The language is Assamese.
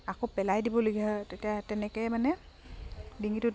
আকৌ পেলাই দিবলগীয়া হয় তেতিয়া তেনেকৈয়ে মানে ডিঙিটোত